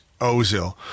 Ozil